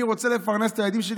אני רוצה לפרנס את הילדים שלי,